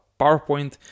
PowerPoint